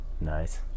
Nice